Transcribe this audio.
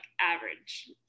average